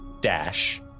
dash